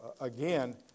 again